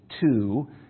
two